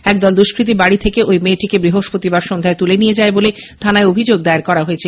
একদল দুষ্কতী বাড়ি থেকে ঐ মেয়েটিকে বৃহস্পতিবার সন্ধ্যায় তুলে নিয়ে যায় বলে থানায় অভিযোগ দায়ের করা হয়েছে